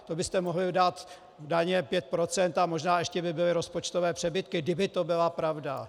To byste mohli dát daně 5 % a možná by ještě byly rozpočtové přebytky, kdyby to byla pravda.